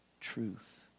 truth